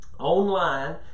Online